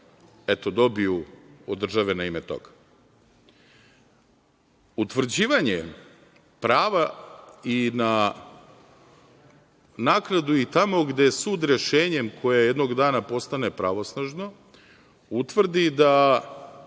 eto dobiju od države na ime toga. Utvrđivanjem prava i na naknadu i tamo gde je sud rešenjem koje jednog dana postane pravosnažno utvrdi da